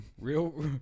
Real